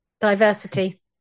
diversity